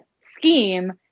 scheme